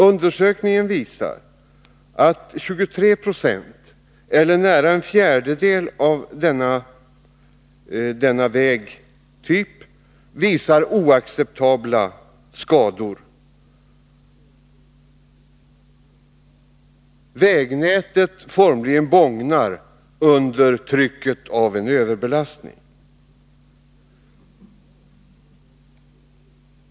Undersökningen visar att 23 20 eller nära en fjärdedel av detta vägnät har oacceptabla skador. Vägnätet formligen bågnar under trycket av en överbelastning.